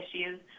issues